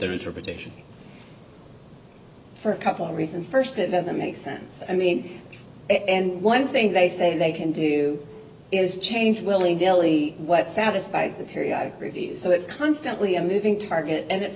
their interpretation for a couple reasons first it doesn't make sense i mean and one thing they say they can do is change willy nilly what satisfies the periodic review so it's constantly a moving target and it's